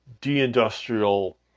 de-industrial